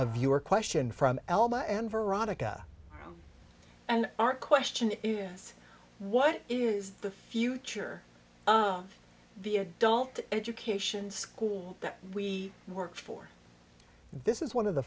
of your question from elba and veronica and our question is what is the future of the adult education school we work for this is one of the